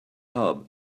hub